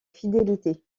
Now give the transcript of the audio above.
fidélité